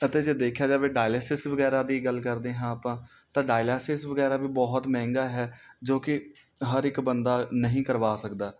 ਅਤੇ ਜੇ ਦੇਖਿਆ ਜਾਵੇ ਡਾਇਲਸਿਸ ਵਗੈਰਾ ਦੀ ਗੱਲ ਕਰਦੇ ਹਾਂ ਆਪਾਂ ਤਾਂ ਡਾਇਲਾਸਿਸ ਵਗੈਰਾ ਵੀ ਬਹੁਤ ਮਹਿੰਗਾ ਹੈ ਜੋ ਕਿ ਹਰ ਇੱਕ ਬੰਦਾ ਨਹੀਂ ਕਰਵਾ ਸਕਦਾ